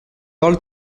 parole